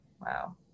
Wow